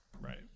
Right